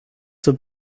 zur